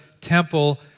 temple